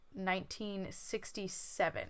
1967